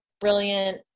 brilliant